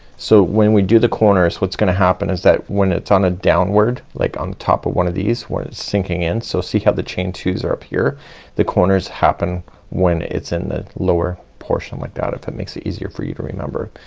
so when we do the corners what's gonna happen is that when it's on a downward like on the top of one of these where it's sinking in so see how the chain twos are up here the corners happen when it's in the lower portion like that if that makes it easier for you to remember.